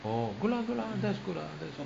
oh good lah good lah that's good ah